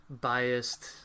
biased